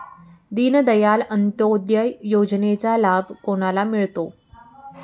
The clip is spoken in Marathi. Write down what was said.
दीनदयाल अंत्योदय योजनेचा लाभ कोणाला मिळतो?